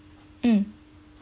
mm